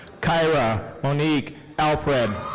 kiara monique alfred.